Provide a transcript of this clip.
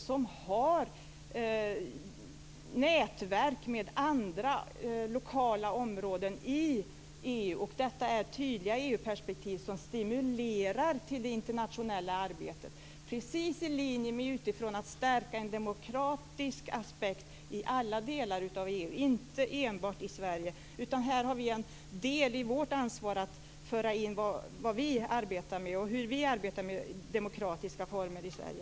Det finns nätverk mellan lokala områden i EU. Detta är tydliga EU-perspektiv, som stimulerar till internationellt arbete. Det är precis i linje med tanken att man utifrån skall stärka en demokratisk aspekt i alla delar av EU - inte enbart i Sverige. Vi har en del av ansvaret när det gäller att föra in de frågor och de demokratiska former som vi arbetar med i Sverige.